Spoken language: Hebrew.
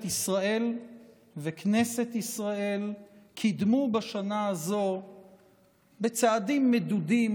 ישראל וכנסת ישראל קידמו בשנה הזאת בצעדים מדודים